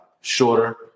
Shorter